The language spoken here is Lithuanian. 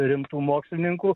rimtų mokslininkų